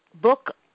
book